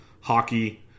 hockey